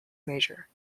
major